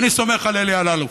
ואני סומך על אלי אלאלוף.